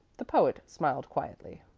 the poet smiled quietly.